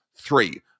Three